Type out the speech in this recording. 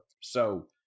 So-